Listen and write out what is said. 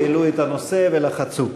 והעלו את הנושא ולחצו.